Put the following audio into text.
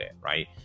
right